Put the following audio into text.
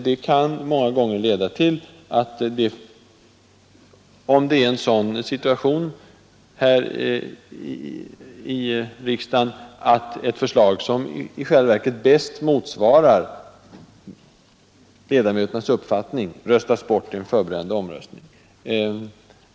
Det kan i vissa situationer här i riksdagen leda till att ett förslag, som i själva verket bäst motsvarar ledamöternas uppfattning, röstas bort i en förberedande omröstning.